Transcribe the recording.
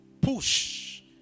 push